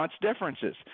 differences